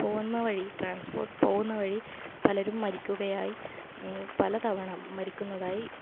പോവുന്ന വഴി ട്രാൻസ്പോട്ട് പോവുന്ന വഴി പലരും മരിക്കുകയായി പല തവണ മരിക്കുന്നതായി